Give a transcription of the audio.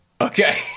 Okay